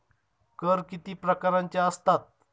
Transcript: कर किती प्रकारांचे असतात?